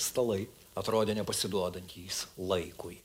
stalai atrodė nepasiduodantys laikui